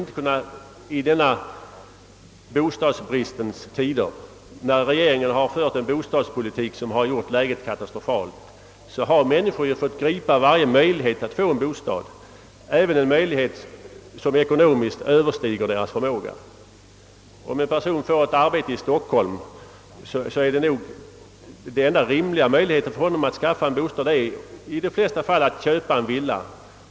De har i denna bostadsbristens tid, när regeringen för en bostadspolitik som gjort läget katastrofalt, fått gripa varje möjlighet att få en bostad, även en sådan möjlighet som ekonomiskt överstiger deras förmåga. Om en person får ett arbete i Stockholm, ligger hans enda rimliga möjlighet att skaffa en bostad i de flesta fall i att köpa en villa.